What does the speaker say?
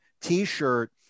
t-shirt